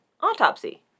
autopsy